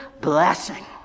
blessing